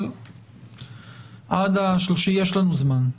יש לנו זמן.